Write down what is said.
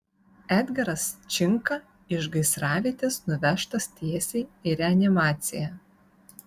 edgaras činka iš gaisravietės nuvežtas tiesiai į reanimaciją